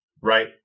right